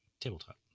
tabletop